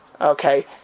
Okay